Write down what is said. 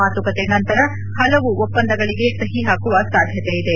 ಮಾತುಕತೆ ನಂತರ ಹಲವು ಒಪ್ಪಂದಗಳಿಗೆ ಸಹಿ ಹಾಕುವ ಸಾಧ್ಯತೆ ಇದೆ